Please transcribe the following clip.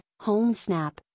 HomeSnap